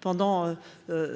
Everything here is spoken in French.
pendant.